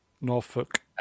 Norfolk